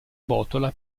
botola